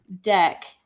deck